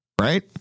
right